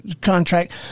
contract